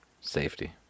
Safety